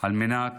על מנת